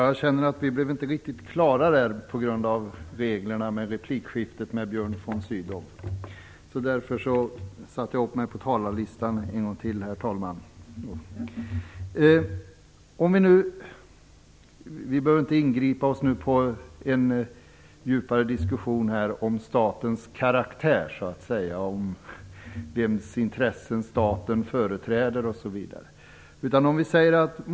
Herr talman! Jag känner att jag på grund av reglerna inte blev riktigt klar med replikskiftet med Björn von Sydow. Därför satte jag upp mig på talarlistan en gång till. Vi behöver inte här gå in på en djupare diskussion om statens karaktär, om vems intressen staten företräder osv.